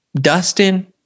Dustin